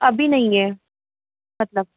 अभी नहीं है मतलब